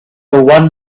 one